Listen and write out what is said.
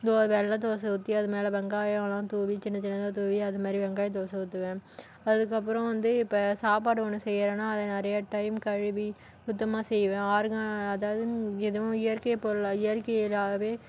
இதோ வெள்ளை தோசை ஊற்றி அது மேலே வெங்காயம்லாம் தூவி சின்ன சின்னதாக தூவி அதுமாதிரி வெங்காய தோசை ஊற்றுவேன் அதுக்கப்புறம் வந்து இப்போ சாப்பாடு ஒன்று செய்யிறோம்ன்னா அது நிறையா டைம் கழுவி சுத்தமாக செய்வேன் ஆர்கா அதாவது எதுவும் இயற்கை பொருளாக இயற்கை இதாகவே